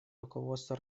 руководство